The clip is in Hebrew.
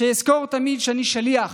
ושאזכור תמיד שאני שליח